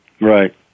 Right